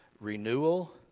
Renewal